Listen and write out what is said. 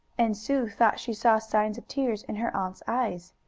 and sue thought she saw signs of tears in her aunt's eyes.